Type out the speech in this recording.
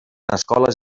escoles